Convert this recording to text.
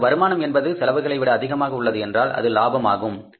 நமது வருமானம் என்பது செலவுகளைவிட அதிகமாக உள்ளது என்றால் அது இலாபம் ஆகும்